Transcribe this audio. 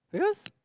because